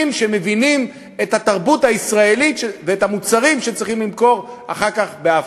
שמבינים את התרבות הישראלית ואת המוצרים שצריכים למכור אחר כך באפריקה.